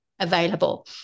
Available